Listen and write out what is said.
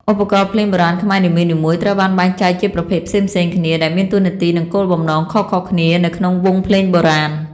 ឧបករណ៍ភ្លេងបុរាណខ្មែរនីមួយៗត្រូវបានបែងចែកជាប្រភេទផ្សេងៗគ្នា ដែលមានតួនាទី និងគោលបំណងខុសៗគ្នានៅក្នុងវង់ភ្លេងបុរាណ។